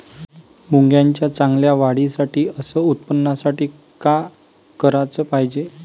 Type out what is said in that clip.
मुंगाच्या चांगल्या वाढीसाठी अस उत्पन्नासाठी का कराच पायजे?